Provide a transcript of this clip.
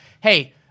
hey